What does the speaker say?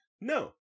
No